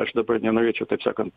aš dabar nenorėčiau taip sakant